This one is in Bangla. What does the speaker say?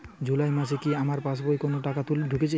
জুলাই মাসে কি আমার পাসবইতে কোনো টাকা ঢুকেছে?